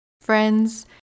friends